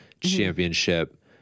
championship